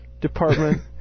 department